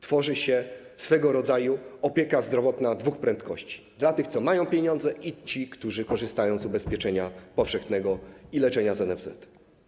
Tworzy się swego rodzaju opieka zdrowotna dwóch prędkości: dla tych, którzy mają pieniądze, i dla tych, którzy korzystają z ubezpieczenia powszechnego i leczenia w NFZ.